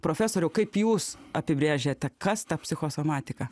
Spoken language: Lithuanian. profesoriau kaip jūs apibrėžiate kas ta psichosomatika